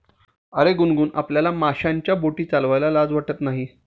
अरे गुनगुन, आपल्याला माशांच्या बोटी चालवायला लाज वाटत नाही